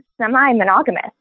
semi-monogamous